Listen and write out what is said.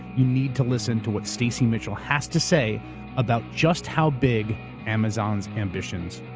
you need to listen to what stacy mitchell has to say about just how big amazon's ambitions